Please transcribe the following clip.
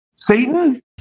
Satan